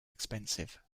expensive